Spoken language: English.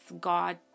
God